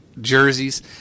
jerseys